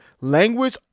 language